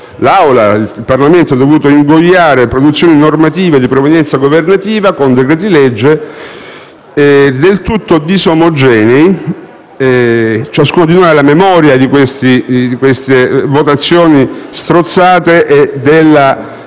e il Parlamento hanno dovuto ingoiare produzioni normative di provenienza governativa con decreti-legge del tutto disomogenei. Ciascuno di noi ha la memoria di queste votazioni strozzate e della